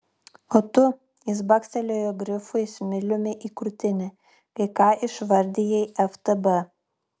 o tu jis bakstelėjo grifui smiliumi į krūtinę kai ką išvardijai ftb